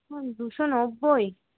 দুশো নব্বই